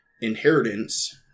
...inheritance